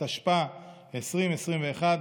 התשפ"א 2021,